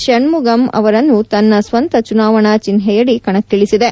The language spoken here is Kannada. ಷಣ್ಣುಗಮ್ ಅವರನ್ನು ತನ್ನ ಸ್ವಂತ ಚುನಾವಣ ಚಿನ್ನೆಯಡಿ ಕಣಕ್ಕಿಳಿಸಿದೆ